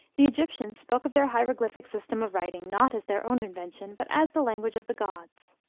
the egyptians spoke of their hieroglyphic system of writing not as their own invention, but as the language of the gods.